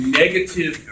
negative